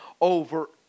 over